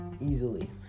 Easily